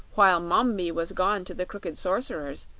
while mombi was gone to the crooked sorcerer's,